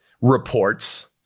reports